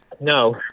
no